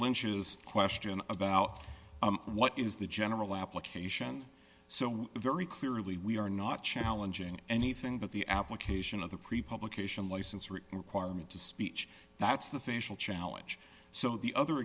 lynch's question about what is the general application so very clearly we are not challenging anything but the application of the pre publication license requirement to speech that's the facial challenge so the other